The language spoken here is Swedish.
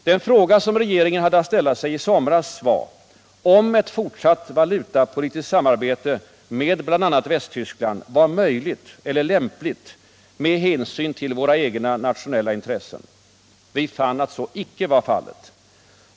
Den fråga regeringen hade att ställa sig i somras var, om ett fortsatt valutapolitiskt samarbete med bl.a. Västtyskland var möjligt eller lämpligt med hänsyn till våra egna nationella intressen. Vi fann att så icke var fallet.